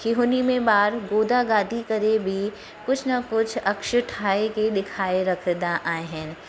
कि हुन में ॿार गोदा गादी करे बि कुझु न कुझु अक्स ठाहे करे ॾेखारे रखंदा आहिनि